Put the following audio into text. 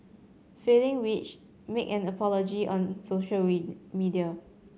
failing which make an apology on social media